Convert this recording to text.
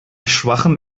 schwachem